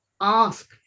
ask